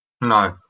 No